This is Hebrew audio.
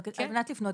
ולא רק את הפוגע.